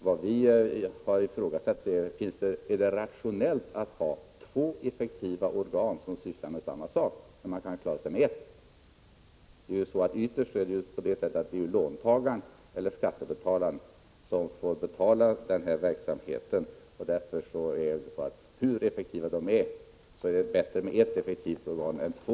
Vad vi har ifrågasatt är om det är rationellt att två effektiva organ sysslar med samma sak, när vi kan klara oss med ett. Ytterst är det låntagaren eller skattebetalaren som får bekosta verksamheten. Hur effektiva myndigheterna än är, är det i detta fall bättre med ett effektivt organ än två.